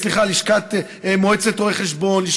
מועצת רואי החשבון,